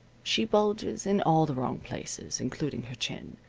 she bulges in all the wrong places, including her chin.